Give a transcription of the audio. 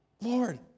Lord